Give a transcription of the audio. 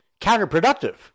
counterproductive